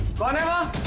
but